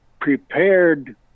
prepared